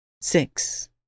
Six